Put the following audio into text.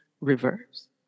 reverse